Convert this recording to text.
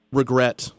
regret